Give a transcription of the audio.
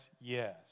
yes